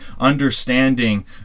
understanding